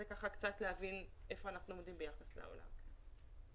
זה קצת להבין היכן אנחנו עומדים ביחס למדינות השונות בעולם.